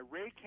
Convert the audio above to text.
Ray